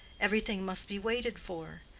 everything must be waited for.